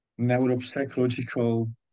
neuropsychological